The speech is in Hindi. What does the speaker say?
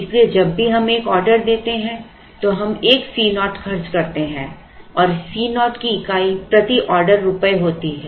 इसलिए जब भी हम एक ऑर्डर देते हैं तो हम एक C naught खर्च करते हैं और इस C naught की इकाई प्रति ऑर्डर रुपये होती है